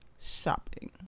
shopping